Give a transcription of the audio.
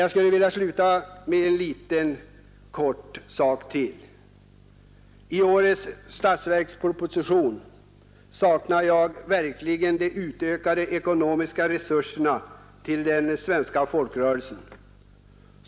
Jag vill avslutningsvis kort ta upp ytterligare ett spörsmål. I årets statsverksproposition saknar jag förslag om utökade ekonomiska resurser till den svenska folkrörelseverksamheten.